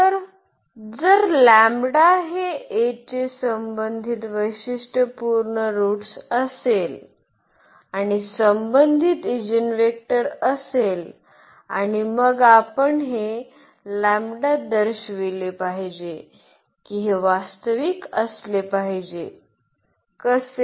तर जर हे A चे संबंधित वैशिष्ट्यपूर्ण रूट्स असेल आणि संबंधित ईजीनवेक्टर असेल आणि मग आपण हे दर्शविले पाहिजे की हे वास्तविक असले पाहिजे कसे